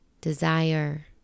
desire